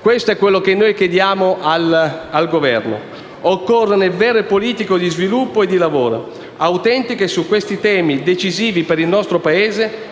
Questo è quanto noi chiediamo al Governo. Occorrono vere politiche di sviluppo e di lavoro autentico. Su questi temi, decisivi per il nostro Paese,